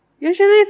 Usually